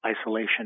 isolation